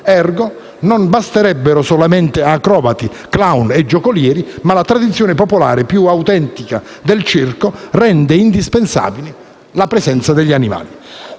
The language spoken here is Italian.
*Ergo*, non basterebbero solamente acrobati, *clown* e giocolieri, ma la tradizione popolare più autentica del circo rende indispensabile la presenza degli animali.